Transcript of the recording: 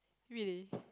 really